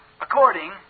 according